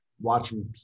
watching